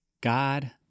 God